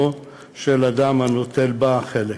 של אדם הנוטל בה חלק.